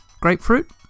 grapefruit